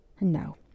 No